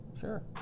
sure